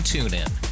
TuneIn